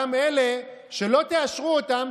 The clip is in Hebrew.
גם אלה שלא תאשרו אותם,